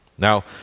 Now